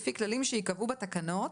לפי כללים שייקבעו בתקנות,